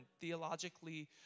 theologically